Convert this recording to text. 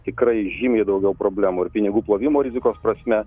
tikrai žymiai daugiau problemų ir pinigų plovimo rizikos prasme